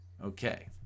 Okay